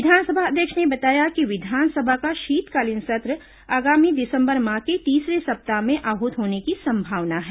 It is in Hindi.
विधानसभा अध्यक्ष ने बताया कि विधानसभा का शीतकालीन सत्र आगामी दिसंबर माह के तीसरे सप्ताह में आहूत होने की संभावना है